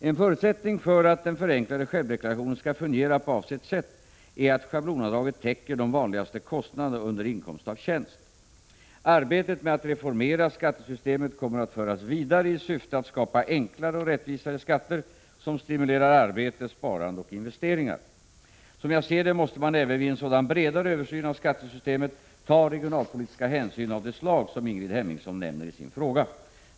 En förutsättning för att den förenklade självdeklarationen skall fungera på avsett sätt är att schablonavdraget täcker de vanligaste kostnaderna under inkomst av tjänst. Arbetet med att reformera skattesystemet kommer att föras vidare i syfte att skapa enklare och rättvisare skatter som stimulerar arbete, sparande och investeringar. Som jag ser det måste man även vid en sådan bredare översyn av skattesystemet ta regionalpolitiska hänsyn av det slag som Ingrid Hemmingsson nämner i sin fråga.